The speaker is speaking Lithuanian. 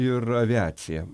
ir aviaciją